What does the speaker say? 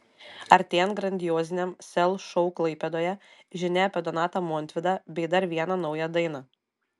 artėjant grandioziniam sel šou klaipėdoje žinia apie donatą montvydą bei dar vieną naują dainą